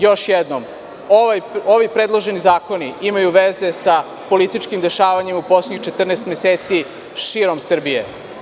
Još jednom, ovi predloženi zakoni imaju veze sa političkim dešavanjima u poslednjih 14 meseci širom Srbije.